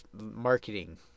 marketing